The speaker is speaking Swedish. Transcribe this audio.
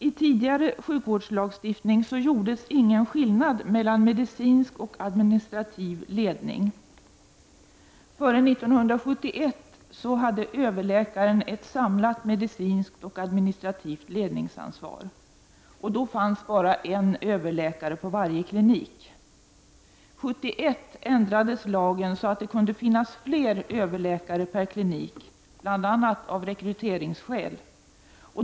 I tidigare sjukvårdslagstiftning gjordes inte skillnad mellan medicinsk och administrativ ledning. Före 1971 hade överläkaren ett samlat medicinskt och administrativt ledningsansvar. Då fanns bara en överläkare på varje klinik. 1971 ändrades lagen så att det kunde finnas fler överläkare per klinik, bl.a. av rekryteringsskäl.